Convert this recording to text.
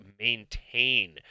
maintain